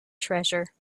treasure